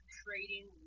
trading